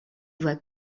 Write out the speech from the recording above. doit